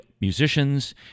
musicians